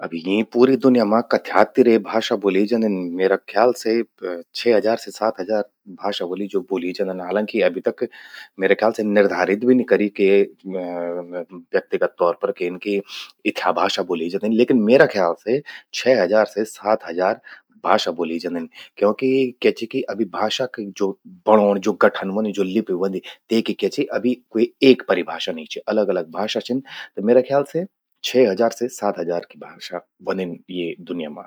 अब यीं पूरी दुन्या मां कथ्या तिरे भाषा बोल्ये जंदिन, म्येरा ख्याल से छह हजार से सात हजार भाषा व्होलि, ज्वो बोल्यीं जंदन, हालांकि, म्येरा ख्याल से अभि तक म्येरा ख्याल से निर्धारित भी नि करी के व्यक्तिगत तौर पर केन कि इथ्या भाषा ब्वोलि जंदिन, लेकिन म्येरा ख्याल से छह हजार से सात हजार भाषा ब्वोलि जंदिन क्योंकि क्या चि कि अभि भाषा कि ज्वो बणौंण ज्वो गठन व्हंद, ज्वो लिपि व्हंदि, तेकि क्या चि अभि क्वे एक परिभाषा नि ची। अलग अलग भाषा छिन त म्येरा ख्याल से छह हजार से सात हजार भाषा व्हंदिन यीं दुन्या मां।